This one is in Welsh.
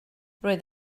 roedd